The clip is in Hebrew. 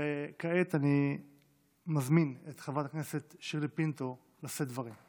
וכעת אני מזמין את חברת הכנסת שירלי פינטו לשאת דברים.